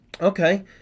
okay